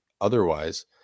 otherwise